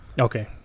okay